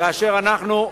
כאשר אנחנו,